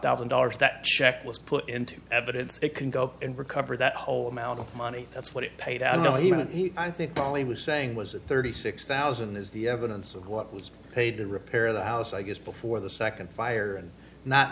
thousand dollars that check was put into evidence it can go and recover that whole amount of money that's what it paid i know him and he i think ali was saying was at thirty six thousand is the evidence of what was paid to repair the house i guess before the second fire and not